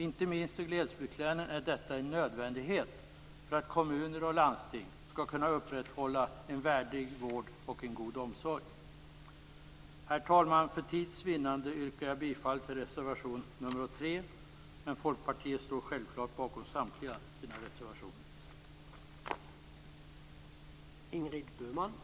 Inte minst i glesbygdslänen är detta en nödvändighet för att kommuner och landsting skall kunna upprätthålla en värdig vård och en god omsorg. Herr talman! För tids vinnande yrkar jag bifall enbart till reservation nr 3, men Folkpartiet står självklart bakom samtliga sina reservationer.